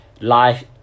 life